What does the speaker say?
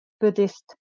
Buddhist